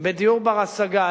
בדיור בר-השגה,